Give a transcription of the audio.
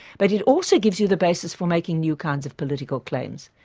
but it also gives you the basis for making new kinds of political claims,